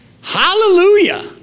Hallelujah